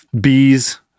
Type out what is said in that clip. bees